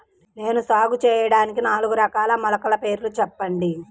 నేను సాగు చేయటానికి నాలుగు రకాల మొలకల పేర్లు చెప్పండి?